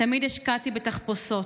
תמיד השקעתי בתחפושות,